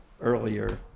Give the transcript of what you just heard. earlier